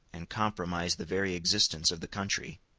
and compromise the very existence of the country.